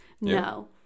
no